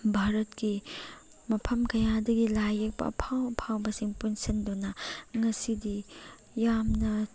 ꯚꯥꯔꯠꯀꯤ ꯃꯐꯝ ꯀꯌꯥꯗꯒꯤ ꯂꯥꯏ ꯌꯦꯛꯄ ꯑꯐꯥꯎ ꯑꯐꯥꯎꯕꯁꯤꯡ ꯄꯨꯟꯁꯤꯟꯗꯨꯅ ꯉꯁꯤꯗꯤ ꯌꯥꯝꯅ